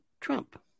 Trump